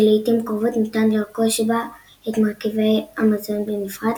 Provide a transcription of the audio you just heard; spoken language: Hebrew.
שלעיתים קרובות ניתן לרכוש גם בה את מרכיבי המזון בנפרד,